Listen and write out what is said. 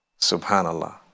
Subhanallah